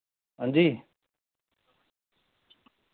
हां जी